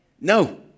No